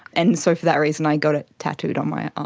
and so for that reason i got it tattooed on my um